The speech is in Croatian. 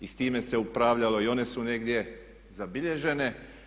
I s time se upravljalo i one su negdje zabilježene.